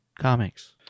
comics